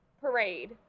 parade